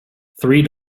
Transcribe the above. three